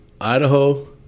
idaho